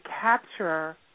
capture